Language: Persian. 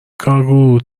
کارگروه